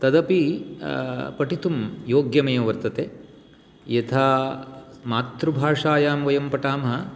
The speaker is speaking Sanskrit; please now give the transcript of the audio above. तदपि पठितुं योग्यमेव वर्तते यथा मातृभाषायां वयं पठामः